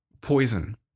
poison